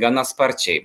gana sparčiai